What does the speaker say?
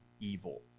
evil